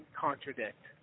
contradict